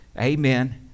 amen